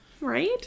right